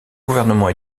gouvernement